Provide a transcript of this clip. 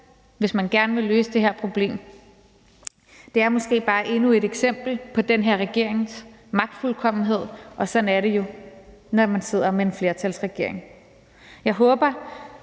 hvis man gerne vil løse det her problem, men det er måske bare endnu et eksempel på den her regerings magtfuldkommenhed, og sådan er det jo, når man sidder med en flertalsregering.